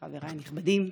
חבריי הנכבדים,